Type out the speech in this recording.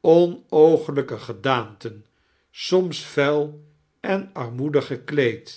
onoogelijke gedaaruten some vuil en armoedig gekleedi